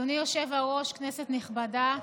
אדוני היושב-ראש, כנסת נכבדה,